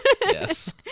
Yes